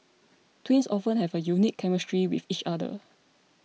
twins often have a unique chemistry with each other